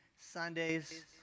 Sundays